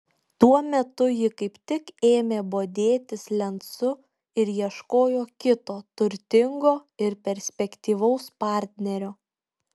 tuo metu ji kaip tik ėmė bodėtis lencu ir ieškojo kito turtingo ir perspektyvaus partnerio